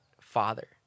Father